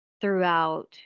throughout